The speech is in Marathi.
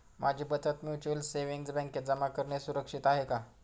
माझी बचत म्युच्युअल सेविंग्स बँकेत जमा करणे सुरक्षित आहे का